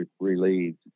relieved